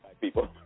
people